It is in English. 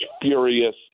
furious